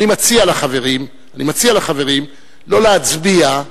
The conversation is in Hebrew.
אני מציע לחברים לא להצביע.